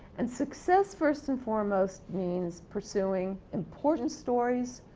and success first and foremost, means pursuing important stories,